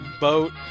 boat